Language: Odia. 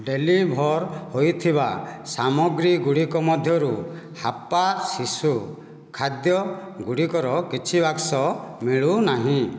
ଡେଲିଭର୍ ହୋଇଥିବା ସାମଗ୍ରୀ ଗୁଡ଼ିକ ମଧ୍ୟରୁ ହାପ୍ପା ଶିଶୁ ଖାଦ୍ୟ ଗୁଡ଼ିକର କିଛି ବାକ୍ସ ମିଳୁନାହିଁ